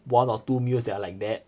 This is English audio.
one or two meals that are like that